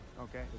Okay